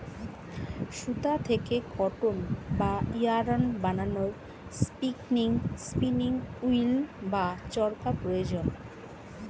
সুতা থেকে কটন বা ইয়ারন্ বানানোর স্পিনিং উঈল্ বা চরকা প্রয়োজন